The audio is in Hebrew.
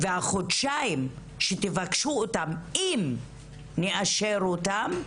והחודשיים שתבקשו אותם, אם נאשר אותם,